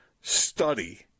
study